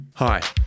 Hi